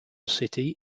city